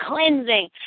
cleansing